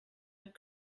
and